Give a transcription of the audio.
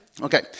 Okay